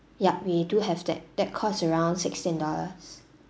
yup we do have that that cost around sixteen dollars